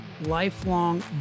lifelong